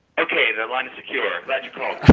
ok. the line is secure. glad you called